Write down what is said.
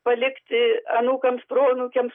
palikti anūkams proanūkiams